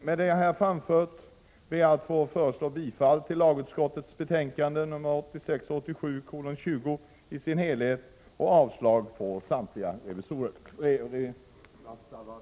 Med det jag har framfört ber jag att få yrka bifall till lagutskottets hemställan i betänkande 1986/87:20i dess helhet, vilket innebär avslag på samtliga reservationer.